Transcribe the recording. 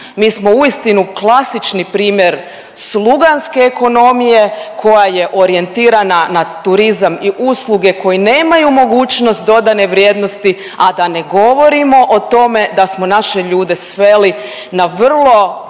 mi smo uistinu klasični primjer sluganske ekonomije koja je orijentirana na turizam i usluge koje nemaju mogućnost dodatne vrijednosti, a da ne govorimo o tome da smo naše ljude sveli na vrlo